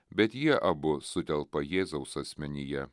bet jie abu sutelpa jėzaus asmenyje